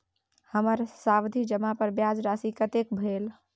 हमर सावधि जमा पर ब्याज राशि कतेक भेल?